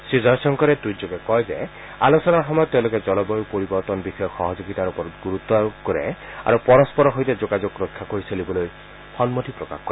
শ্ৰীজয়শংকৰে টুইটযোগে কয় যে আলোচনাৰ সময়ত তেওঁলোকে জলবায়ু পৰিৱৰ্তন বিষয়ক সহযোগিতাৰ ওপৰত গুৰুত্ আৰোপ কৰে আৰু পৰস্পৰৰ সৈতে যোগাযোগ ৰক্ষা কৰি চলিবলৈ সন্মতি প্ৰকাশ কৰে